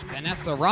Vanessa